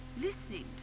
listening